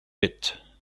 bit